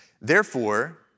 Therefore